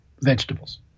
vegetables